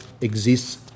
exists